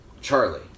Charlie